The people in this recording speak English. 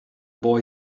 boy